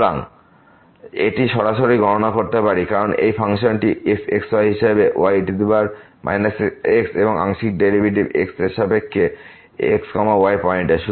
আমরা এটি সরাসরি গণনা করতে পারি কারণ এই ফাংশনটি f x yহিসাবে হয় y e x এবং আংশিক ডেরিভেটিভ x এর সাপেক্ষে x y পয়েন্টের